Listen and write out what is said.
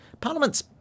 Parliament's